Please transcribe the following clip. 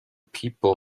people